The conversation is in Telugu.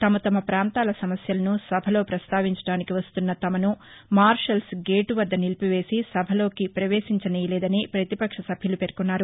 తమ తమ ప్రాంతాల సమస్యలను సభలో పస్తావించడానికి వస్తున్న తమను మార్షల్స్ గేటువద్ద నిలిపివేసి సభలోకి పవేశించనీయలేదని పతిపక్ష సభ్యులు పేర్కొన్నారు